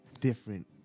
different